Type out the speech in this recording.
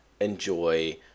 enjoy